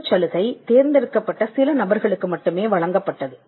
இந்தச் சலுகை தேர்ந்தெடுக்கப்பட்ட சில நபர்களுக்கு மட்டுமே வழங்கப்பட்டது